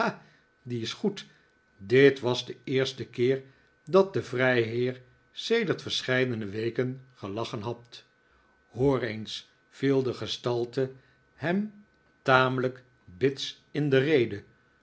die is goed dit was de eerste keer dat de vrijheer sedert verscheidene weken gelachen had hoor eens viel de gestalte hem tamelijk bits in de rede